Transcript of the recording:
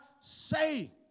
say